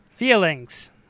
Feelings